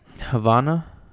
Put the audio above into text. Havana